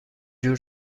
جور